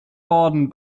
worden